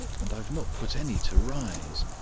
and i have not put any to rise.